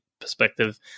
perspective